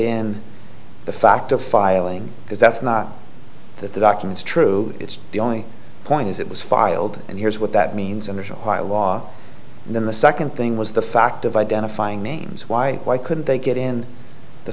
in the fact of filing because that's the documents true it's the only point is it was filed and here's what that means under shariah law then the second thing was the fact of identifying names why why couldn't they get in the